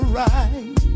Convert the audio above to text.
right